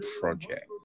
Project